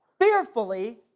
fearfully